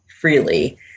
freely